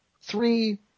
three